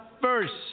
first